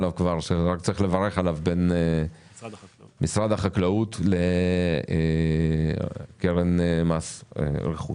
שצריך לברך עליו בין משרד החקלאות לקרן מס רכוש.